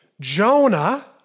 Jonah